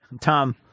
Tom